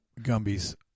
Gumby's